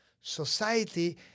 society